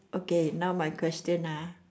okay now my question ah